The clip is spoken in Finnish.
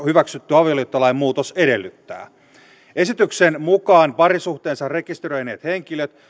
hyväksytty avioliittolain muutos edellyttää esityksen mukaan parisuhteensa rekisteröineet henkilöt